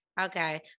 Okay